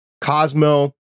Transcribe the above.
Cosmo